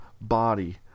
body